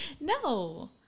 No